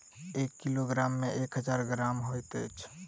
एक किलोग्राम मे एक हजार ग्राम होइत अछि